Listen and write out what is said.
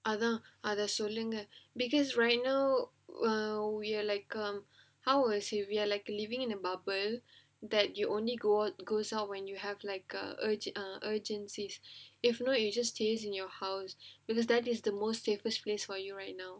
அதான் அத சொல்லுங்க:athaan atha sollunga because right now um we're like um how was we we like living in a bubble that you only go goes out when you have like a urgent err urgencies if no you just stays in your house because that is the most safest place for you right now